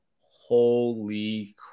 holy